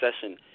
session